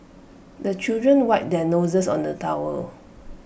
the children wipe their noses on the towel